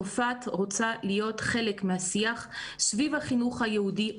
צרפת רוצה להיות חלק מהשיח סביב החינוך היהודי העולמי,